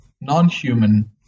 non-human